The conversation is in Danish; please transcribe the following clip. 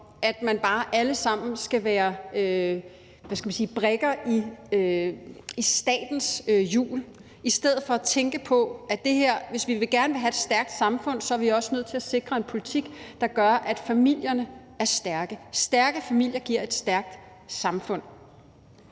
– hvad skal jeg sige – brikker i statens hjul, i stedet for at man tænker på, at hvis vi gerne vil have et stærkt samfund, er vi også nødt til at sikre en politik, der gør, at familierne er stærke. Stærke familier giver et stærkt samfund.